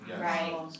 Right